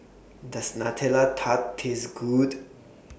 Does Nutella Tart Taste Good